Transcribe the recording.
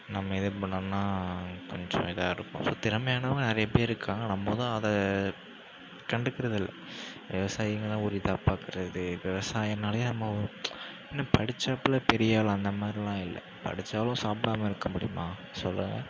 நம்ம எதுவும் பண்ணோம்னா கொஞ்சம் இதாக இருக்கும் ஸோ திறமையானவங்க நிறைய பேர் இருக்காங்க நம்ம தான் அதை கண்டுக்கிறது இல்லை விவசாயிங்களை ஒரு இதாக பார்க்குறது விவசாயம்னாலே நம்ம இன்னும் படிச்சாப்பில பெரிய ஆள் அந்த மாதிரிலாம் இல்லை படிச்சாலும் சாப்பிடாம இருக்க முடியுமா சொல்லுங்கள்